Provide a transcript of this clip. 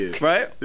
right